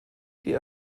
diese